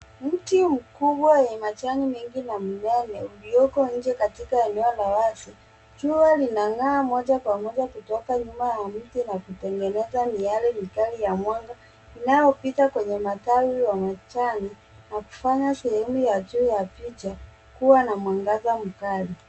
Mti ukubwa yenye majani mengi na mimea ulioko nje katika eneo la wazi. Jua linang'aa moja kwa moja kutoka nyuma ya mti na kutengeneza miale mikali ya mwanga inayopita kwenye matawi wa majani na kufanya sehemu ya juu ya picha kuwa na mwangaza mkali.